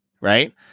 right